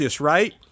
right